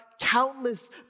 countless